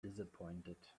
disappointed